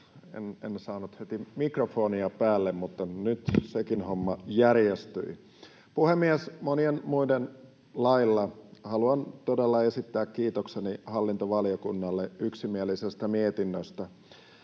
en saanut heti mikrofonia päälle, mutta nyt sekin homma järjestyi. Puhemies! Monien muiden lailla haluan todella esittää kiitokseni hallintovaliokunnalle yksimielisestä mietinnöstä,